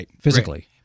physically